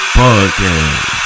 podcast